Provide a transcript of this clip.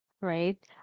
right